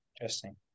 Interesting